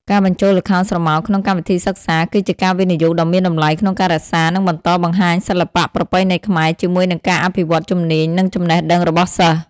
ការបញ្ចូលល្ខោនស្រមោលក្នុងកម្មវិធីសិក្សា គឺជាការវិនិយោគដ៏មានតម្លៃក្នុងការរក្សា និងបន្តបង្ហាញសិល្បៈប្រពៃណីខ្មែរ ជាមួយនឹងការអភិវឌ្ឍជំនាញ និងចំណេះដឹងរបស់សិស្ស។